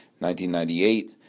1998